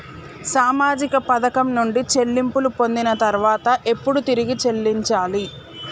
సామాజిక పథకం నుండి చెల్లింపులు పొందిన తర్వాత ఎప్పుడు తిరిగి చెల్లించాలి?